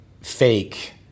fake